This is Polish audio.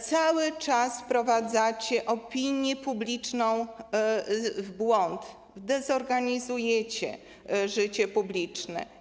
Cały czas wprowadzacie opinię publiczną w błąd, dezorganizujecie życie publiczne.